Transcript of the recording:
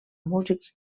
músics